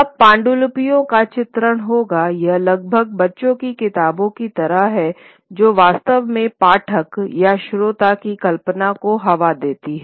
अब पांडुलिपियों का चित्रण होगा यह लगभग बच्चों की किताबों की तरह है जो वास्तव में पाठक या श्रोता की कल्पना को हवा देती हैं